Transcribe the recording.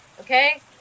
okay